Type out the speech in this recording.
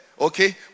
Okay